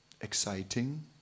exciting